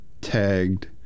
tagged